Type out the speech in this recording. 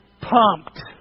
pumped